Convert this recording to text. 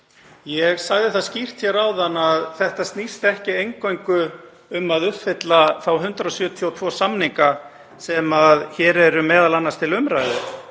Ég sagði það skýrt hér áðan að þetta snerist ekki eingöngu um að uppfylla 172 samninga sem hér eru m.a. til umræðu,